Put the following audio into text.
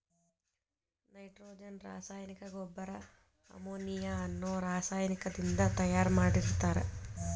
nitrogen ರಾಸಾಯನಿಕ ಗೊಬ್ಬರ ammonia ಅನ್ನೋ ರಾಸಾಯನಿಕದಿಂದ ತಯಾರ್ ಮಾಡಿರ್ತಾರ